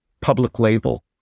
public-label